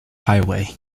highway